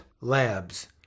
Labs